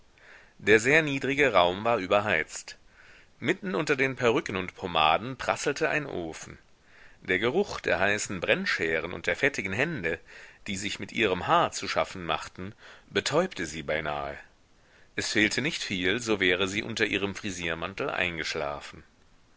der sehr niedrige raum war überheizt mitten unter den perücken und pomaden prasselte ein ofen der geruch der heißen brennscheren und der fettigen hände die sich mit ihrem haar zu schaffen machten betäubte sie beinahe es fehlte nicht viel so wäre sie unter ihrem frisiermantel eingeschlafen